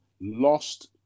lost